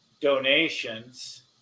donations